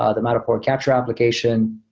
ah the matterport capture application.